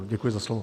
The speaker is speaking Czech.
Děkuji za slovo.